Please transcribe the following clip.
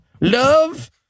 Love